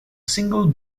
single